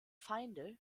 feinde